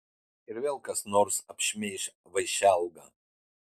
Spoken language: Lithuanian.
ir vėl kas nors apšmeiš vaišelgą